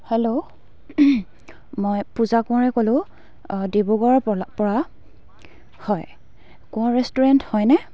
hello মই পূজা কোঁৱৰে ক'লোঁ ডিব্ৰুগড়ৰ পৰা হয় কোঁৱৰ ৰেষ্টুৰেণ্ট হয়নে